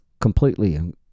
completely